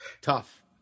tough